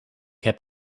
heb